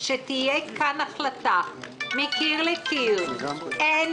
שתהיה פה החלטה מקיר לקיר אין